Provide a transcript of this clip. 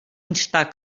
instar